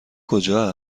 کجا